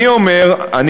אז מה אתה מציע?